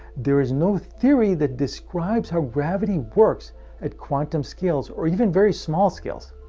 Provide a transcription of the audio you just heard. there is no theory that describes how gravity works at quantum scales or even very small scales.